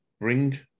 Bring